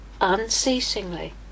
unceasingly